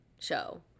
show